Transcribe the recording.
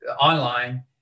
online